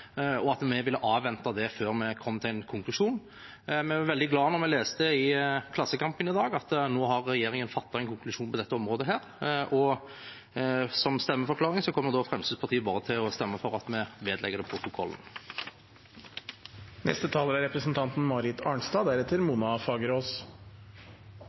og at vi ville avvente det før vi kom til en konklusjon. Vi ble veldig glad da vi leste i Klassekampen i dag at regjeringen nå har fattet en konklusjon på dette området. Så en stemmeforklaring: Fremskrittspartiet kommer til å stemme for at det vedlegges protokollen. 52 pst. av eiendomsmassen ved universiteter og høyskoler blir forvaltet av sektoren sjøl. Det